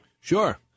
Sure